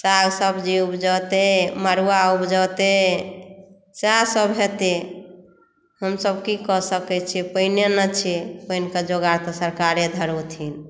साग सब्जी उपजौतै मड़ुआ उपजौतै सएह सभ हेतै हम सभ की कऽ सकै छी पानिये नहि छी पानिके जोगार तऽ सरकारे धरौथिन